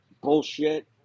bullshit